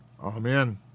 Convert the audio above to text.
Amen